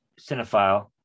cinephile